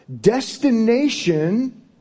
Destination